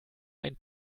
ein